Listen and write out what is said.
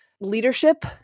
leadership